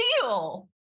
Deal